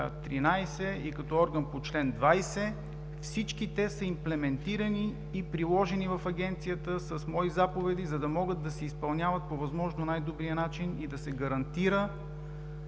13, и като орган по чл. 20. Всички те са имплементирани и приложени в Агенцията с мои заповеди, за да могат да се изпълняват по възможно най добрия начин и да се гарантира